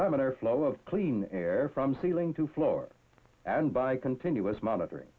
lemon air flow of clean air from ceiling to floor and by continuous monitoring